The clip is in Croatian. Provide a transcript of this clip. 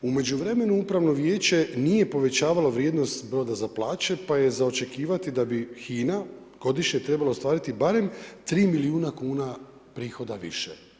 U međutim, upravno vijeće, nije povećavalo vrijednost … za plaće, pa je za očekivati da bi HINA godišnje trebala ostvariti barem 3 milijuna kuna prihoda više.